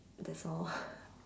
that's all